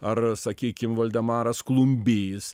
ar sakykim voldemaras klumbys